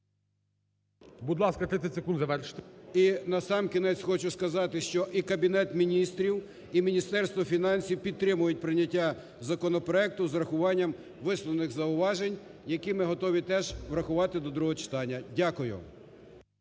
І насамкінець хочу сказати, що і Кабінет Міністрів, і Міністерство фінансів підтримують прийняття законопроекту з врахуванням висловлених зауважень, які ми готові теж врахувати до другого читання. Дякую.